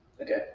Okay